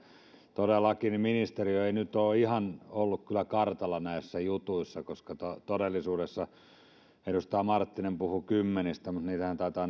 todellakaan ministeriö ei nyt ole ihan kyllä ollut kartalla näissä jutuissa koska todellisuudessa korjausten määrä edustaja marttinen puhui kymmenistä taitaa